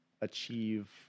achieve